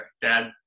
Dad